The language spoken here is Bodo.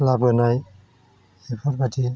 लाबोनाय बेफोरबायदि